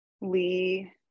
Lee